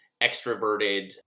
extroverted